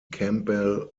campbell